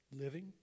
living